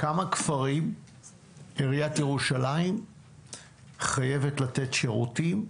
לכמה כפרים עיריית ירושלים חייבת לתת שירותים,